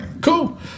cool